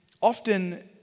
often